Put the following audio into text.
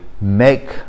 make